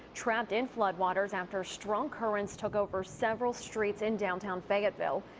trapped in flood waters. after strong currents took over several streets in downtown fayetteville.